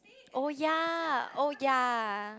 oh ya oh ya